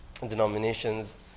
denominations